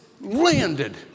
landed